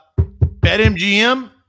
BetMGM